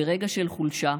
ברגע של חולשה,